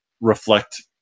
reflect